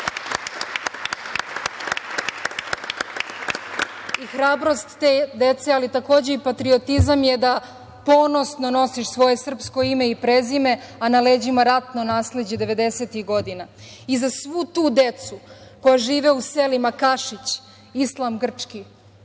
veronauke. Hrabrost te dece, ali takođe i patriotizam je da ponosno nosiš svoje srpsko ime i prezime, a na leđima ratno nasleđe devedesetih godina. I za svu tu decu koja žive u selima Kašić, Islam Grčki,